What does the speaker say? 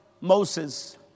Moses